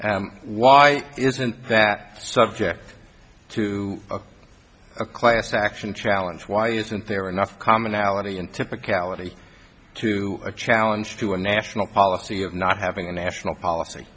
why isn't that subject to a class action challenge why isn't there enough commonality and typicality to a challenge to a national policy of not having a national policy